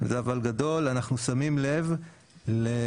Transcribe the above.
וזה אבל גדול אנחנו שמים לב להתמתנות,